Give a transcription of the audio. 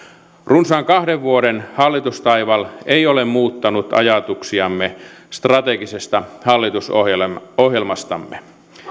runsaan kahden vuoden hallitustaival ei ole muuttanut ajatuksiamme strategisesta hallitusohjelmastamme